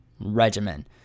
regimen